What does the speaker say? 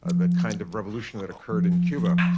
ah the kind of revolution that occurred in cuba,